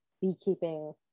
beekeeping